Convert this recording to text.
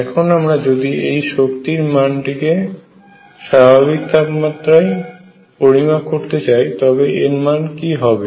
এখন আমরা যদি এই শক্তির মানটিকে গৃহের স্বাভাবিক তাপমাত্রায় পরিমাপ করতে চাই তবে এর মান কি হবে